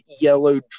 yellow